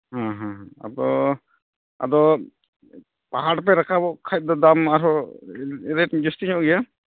ᱦᱮᱸ ᱦᱮᱸ ᱟᱫᱚ ᱟᱫᱚ ᱯᱟᱦᱟᱲ ᱯᱮ ᱨᱟᱠᱟᱵᱚᱜ ᱠᱷᱟᱱ ᱫᱚ ᱫᱟᱢ ᱢᱟ ᱟᱨᱦᱚᱸ ᱨᱮᱴ ᱡᱟᱹᱥᱛᱤ ᱧᱚᱜ ᱜᱮᱭᱟ